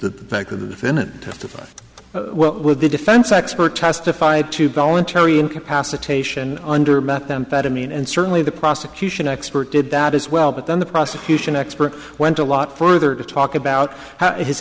just the fact that the defendant with the defense expert testified to voluntary incapacitation under methamphetamine and certainly the prosecution expert did that as well but then the prosecution expert went a lot further to talk about how his